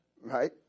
right